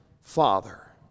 Father